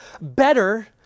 better